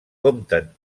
compten